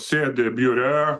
sėdi biure